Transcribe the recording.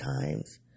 times